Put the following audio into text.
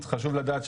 חשוב לדעת,